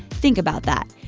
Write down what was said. think about that.